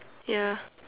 ya